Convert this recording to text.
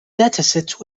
dataset